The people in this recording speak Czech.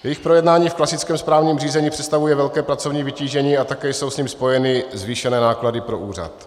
Jejich projednání v klasickém správním řízení představuje velké pracovní vytížení a také jsou s ním spojeny zvýšené náklady pro úřad.